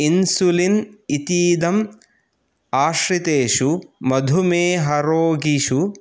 insulin इतीदम् आश्रितेषु मधुमेहरोगिषु